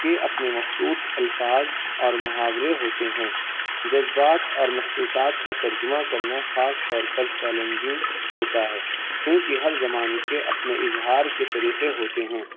کے اپنے مخصوص الفاظ اور محاورے ہوتے ہیں جذبات اور محسوسات کا ترجمہ کرنا خاص طور پر چیلنجنگ ہوتا ہے کیونکہ ہر زبان کے اپنے اظہار کے طریقے ہوتے ہیں